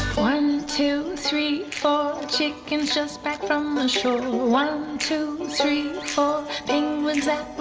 one, two, three, four, chickens just back from the shore. one, two, three, four penguins that